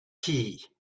key